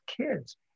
kids